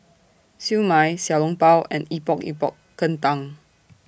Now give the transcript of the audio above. Siew Mai Xiao Long Bao and Epok Epok Kentang